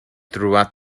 throughout